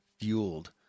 fueled